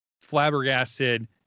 flabbergasted